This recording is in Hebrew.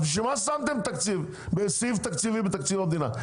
בשביל מה שמתם סעיף תקציבי בתקציב המדינה?